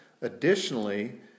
additionally